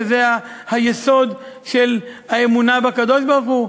שזה היסוד של האמונה בקדוש-ברוך-הוא,